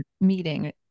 meeting